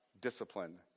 discipline